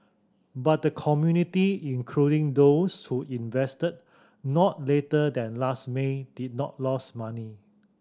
but the community including those who invested not later than last May did not lost money